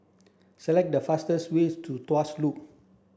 select the fastest way to Tuas Loop